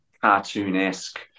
cartoon-esque